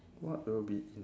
what will be in